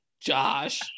Josh